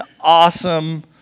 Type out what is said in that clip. awesome